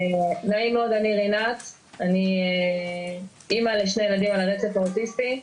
נעים מאוד אני רינת אני אמא לשני ילדים על הרצף האוטיסטי.